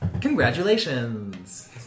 Congratulations